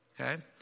okay